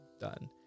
done